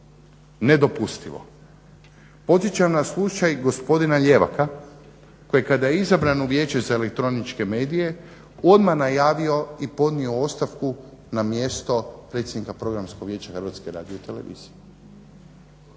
Nedopustivo. Podsjećam na slučaj gospodina Lijevaka koji kada je izabran u Vijeće za elektroničke medije odmah najavio i podnio ostavku na mjesto predsjednika Programskog vijeća HRT-a. Da li je